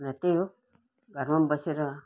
र त्यही हो घरमा बसेर